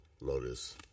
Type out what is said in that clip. lotus